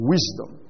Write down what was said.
Wisdom